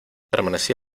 permanecí